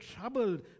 troubled